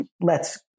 lets